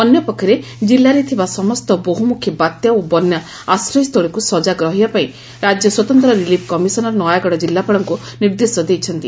ଅନ୍ୟପକ୍ଷରେ କିଲ୍ଲାରେ ଥିବା ସମସ୍ତ ବହୁମୁଖୀ ବାତ୍ୟା ଓ ବନ୍ୟା ଆଶ୍ରୟସ୍ଥଳୀକୁ ସଜାଗ ରଖିବାପାଇଁ ରାଜ୍ୟ ସ୍ୱତନ୍ତ ରିଲିଫ୍ କମିଶନର୍ ନୟାଗଡ଼ କିଲ୍ଲାପାଳଙ୍କୁ ନିର୍ଦ୍ଦେଶ ଦେଇଛନ୍ତି